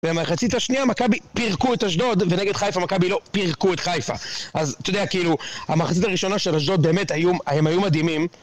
במחצית השנייה מכבי פירקו את אשדוד ונגד חיפה מכבי לא פירקו את חיפה אז אתה יודע כאילו המחצית הראשונה של אשדוד באמת הם היו מדהימים